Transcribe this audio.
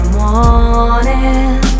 morning